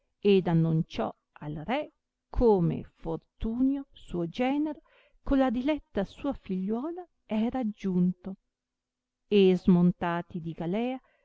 ed annonciò al re come fortunio suo genero con la diletta sua figliuola era aggiunto e smontati di galea